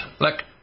Look